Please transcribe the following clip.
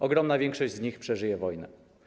Ogromna większość z nich przeżyje wojnę.